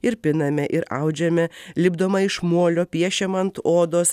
ir piname ir audžiame lipdoma iš molio piešiam ant odos